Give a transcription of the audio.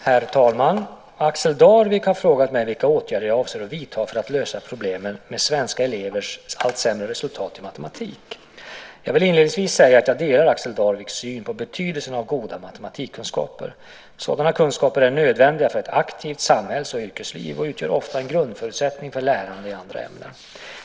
Herr talman! Axel Darvik har frågat mig vilka åtgärder jag avser att vidta för att lösa problemet med svenska elevers allt sämre resultat i matematik. Jag vill inledningsvis säga att jag delar Axel Darviks syn på betydelsen av goda matematikkunskaper. Sådana kunskaper är nödvändiga för ett aktivt samhälls och yrkesliv och utgör ofta en grundförutsättning för lärande i andra ämnen.